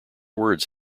words